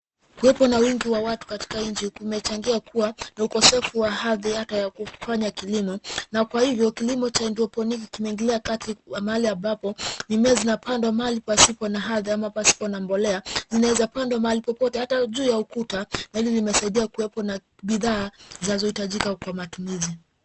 Kuwepo na wingi wa watu katika nchi, kumechangia kuwa na ukosefu wa ardhi hata ya kufanya kilimo. Na kwa hivyo kilimo cha haidroponiki kimeingilia kati wa mahali ambapo, mimea zinapandwa mahali pasipo na ardhi ama pasipo na mbolea. Zinaweza pandwa mahali popote hata juu ya ukuta, na hili limesaidia kuwepo na bidhaa zinazohitajika kwa matumizi.